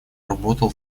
работал